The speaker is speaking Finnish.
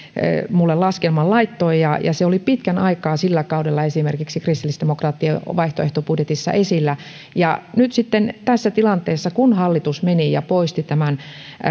minulle laskelman laittoi se oli pitkän aikaa sillä kaudella esimerkiksi kristillisdemokraattien vaihtoehtobudjetissa esillä nyt sitten tässä tilanteessa kun hallitus meni ja poisti tämän